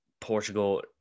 Portugal